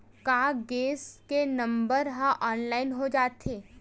का गैस के नंबर ह ऑनलाइन हो जाथे?